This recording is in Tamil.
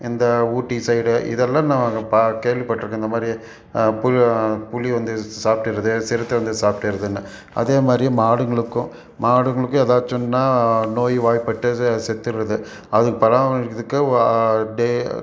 இந்த ஊட்டி சைடு இதெல்லாம் நான் பா கேள்விப்பட்டிருக்கேன் இந்தமாதிரி புலி புலி வந்து சாப்பிட்டுருது சிறுத்தை வந்து சாப்பிட்டுருதுன்னு அதேமாதிரி மாடுகளுக்கும் மாடுகளுக்கும் ஏதாச்சும் ஒன்றுன்னா நோய்வாய்ப்பட்டு செத்துடுது அது பராமரிக்கிறதுக்கு டே